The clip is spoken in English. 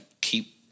keep